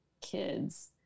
kids